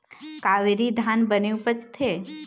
कावेरी धान बने उपजथे?